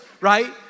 right